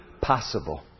possible